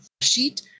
sheet